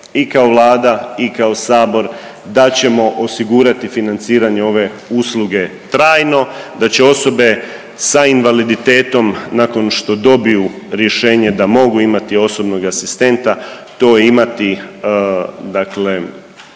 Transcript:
i kao Vlada i kao Sabor da ćemo osigurati financiranje ove usluge trajno, da će osobe sa invaliditetom nakon što dobiju rješenje da mogu imati osobnog asistenta to imati, dakle